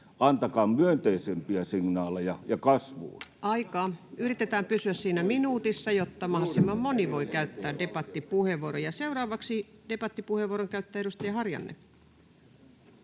täydentämisestä Time: 11:18 Content: Yritetään pysyä siinä minuutissa, jotta mahdollisimman moni voi käyttää debattipuheenvuoron. — Ja seuraavaksi debattipuheenvuoron käyttää edustaja Harjanne.